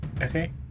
Okay